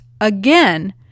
again